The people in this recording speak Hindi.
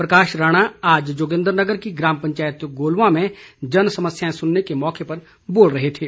प्रकाश राणा आज जोगिन्दर नगर की ग्राम पंचायत गोलवां में जनसमस्याएं सुनने के मौके पर बोल रहे थे